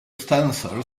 sensor